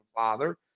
Father